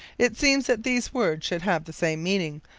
it seems that these words should have the same meaning,